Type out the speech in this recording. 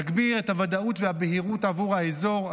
נגביר את הוודאות והבהירות עבור האזור,